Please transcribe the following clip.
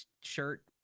shirt